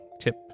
tip